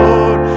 Lord